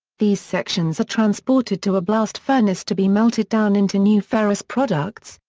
these sections are transported to a blast furnace to be melted down into new ferrous products,